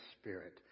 spirit